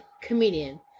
comedian